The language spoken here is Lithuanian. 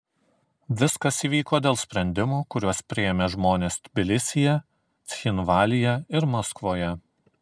viskas įvyko dėl sprendimų kuriuos priėmė žmonės tbilisyje cchinvalyje ir maskvoje